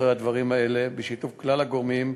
אחרי הדברים האלה בשיתוף כלל הגורמים,